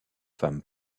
femme